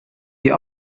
die